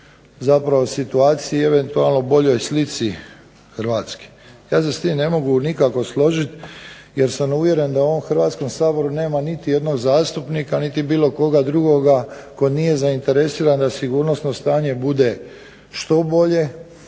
zapravo situaciji i eventualno boljoj slici Hrvatske. Ja se s tim ne mogu nikako složiti jer sam uvjeren da u ovom Hrvatskom saboru nema niti jednog zastupnika niti bilo koga drugoga tko nije zainteresiran da sigurnosno stanje bude što bolje,